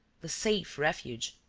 the safe refuge.